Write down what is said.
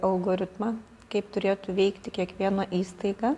algoritmą kaip turėtų veikti kiekviena įstaiga